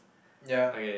ya